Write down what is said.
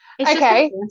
Okay